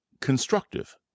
Constructive